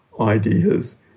ideas